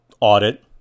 audit